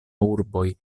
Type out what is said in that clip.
urboj